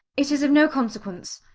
it is of no consequence.